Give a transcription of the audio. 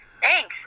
Thanks